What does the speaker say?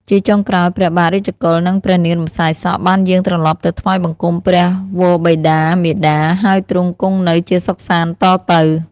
ជាចុងក្រោយ ព្រះបាទរាជកុល និងព្រះនាងរំសាយសក់ បានយាងត្រឡប់ទៅថ្វាយបង្គំព្រះវរបិតាមាតា ហើយទ្រង់គង់នៅជាសុខសាន្តតទៅ។